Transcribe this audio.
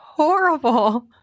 horrible